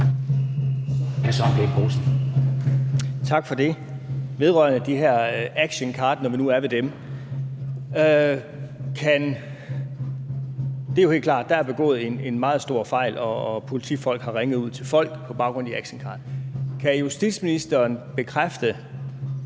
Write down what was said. Tak for det. Vedrørende de her actioncard, når vi nu er ved dem, er det jo helt klart, at der er begået en meget stor fejl, og politifolk har ringet ud til folk på baggrund af actioncard. Kan justitsministeren bekræfte,